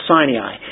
Sinai